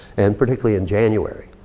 and particularly in january.